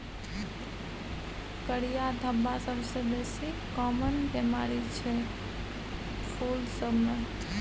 करिया धब्बा सबसँ बेसी काँमन बेमारी छै फुल सब मे